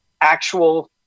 actual